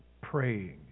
praying